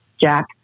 jack